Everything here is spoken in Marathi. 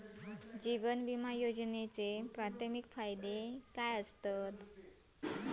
जीवन विमा योजनेचे प्राथमिक फायदे काय आसत?